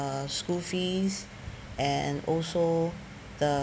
uh school fees and also the